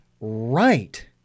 right